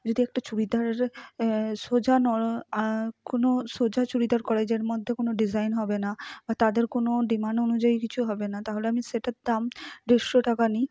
যদি একটা চুড়িদার সোজা কোনো সোজা চুড়িদার করায় যার মধ্যে কোনো ডিজাইন হবে না বা তাদের কোনো ডিমান্ড অনুযায়ী কিছু হবে না তাহলে আমি সেটার দাম দেড়শো টাকা নিই